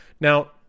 Now